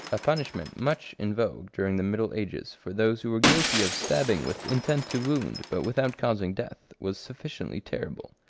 a punishment much in vogue during the middle ages for those who were guilty of stabbing with intent to wound, but without causing death, was sufficiently terrible.